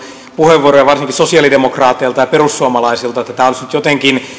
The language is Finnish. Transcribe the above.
puheenvuoroja varsinkin sosialidemokraateilta ja perussuomalaisilta että tämä olisi nyt jotenkin